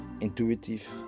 intuitive